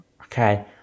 Okay